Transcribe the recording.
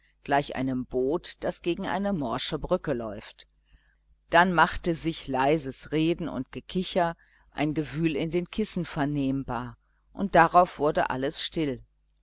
gleich einem boot das gegen eine morsche brücke läuft dann machte sich leises reden und gekicher ein gewühl in den kissen vernehmbar und darauf wurde alles still